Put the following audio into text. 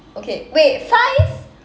okay wait far east